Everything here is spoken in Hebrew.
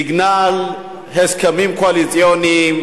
בגלל הסכמים קואליציוניים,